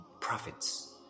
prophets